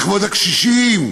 לכבוד הקשישים?